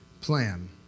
plan